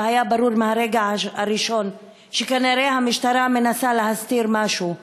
היה ברור מהרגע הראשון שכנראה המשטרה מנסה להסתיר משהו.